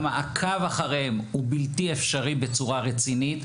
המעקב אחריהם הוא בלתי אפשרי בצורה רצינית.